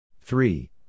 Three